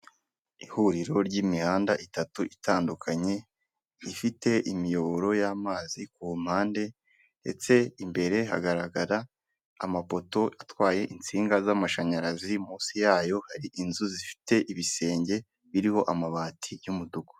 Ihuriro ry'imihanda itatu itandukanye ifite imiyoboro y'amazi ku mpande ndetse imbere hagaragara amapoto atwaye insinga z'amashanyarazi, munsi yayo hari inzu zifite ibisenge biriho amabati y'umutuku.